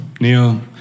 Neo